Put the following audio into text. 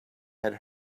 had